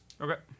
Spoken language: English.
Okay